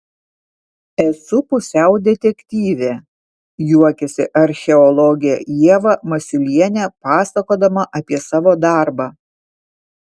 esu pusiau detektyvė juokiasi archeologė ieva masiulienė pasakodama apie savo darbą